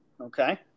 Okay